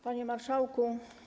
Panie Marszałku!